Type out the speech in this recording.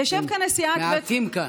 אנחנו מעטים כאן.